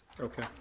okay